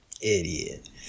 idiot